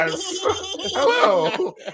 Hello